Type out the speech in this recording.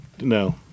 no